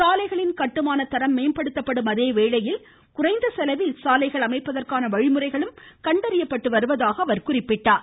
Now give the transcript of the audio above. சாலைகளின் கட்டுமான தரம் மேம்படுத்தப்படும் அதேவேளையில் குறைந்த செலவில் அவற்றை அமைப்பதற்கான வழிமுறைகளும் கண்டறியப்பட்டு வருவதாக கூறினார்